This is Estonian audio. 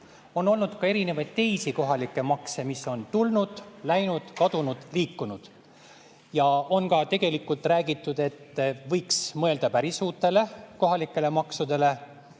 On olnud ka teisi kohalikke makse, mis on tulnud ja läinud, kadunud, liikunud. Ja on ka tegelikult räägitud, et võiks mõelda päris uutele kohalikele maksudele.